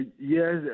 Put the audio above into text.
Yes